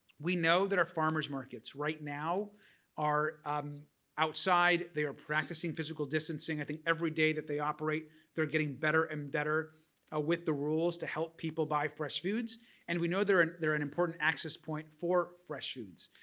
we know that our farmers markets right now are outside. they are practicing physical distancing. i think everyday that they operate they're getting better and better ah with the rules to help people buy fresh foods and we know they're and they're an important access point for fresh foods.